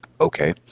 Okay